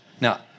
Now